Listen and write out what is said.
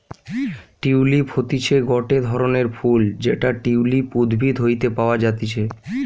tulip হতিছে গটে ধরণের ফুল যেটা টিউলিপ উদ্ভিদ হইতে পাওয়া যাতিছে